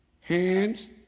Hands